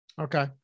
Okay